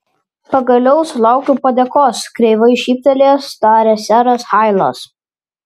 pagaliau sulaukiau padėkos kreivai šyptelėjęs tarė seras hailas